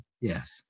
yes